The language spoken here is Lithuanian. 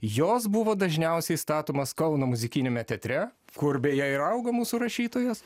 jos buvo dažniausiai statomos kauno muzikiniame teatre kur beje ir augo mūsų rašytojos